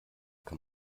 kann